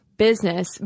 business